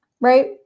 right